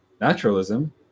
naturalism